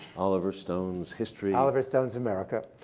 oliver stone's history oliver stone's america.